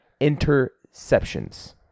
interceptions